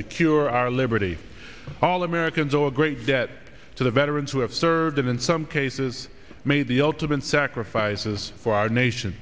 secure our liberty all americans owe a great debt to the veterans who have served and in some cases made the ultimate sacrifices for our nation